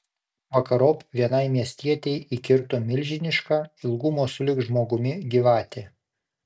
vakarop vienai miestietei įkirto milžiniška ilgumo sulig žmogumi gyvatė